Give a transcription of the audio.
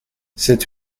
cette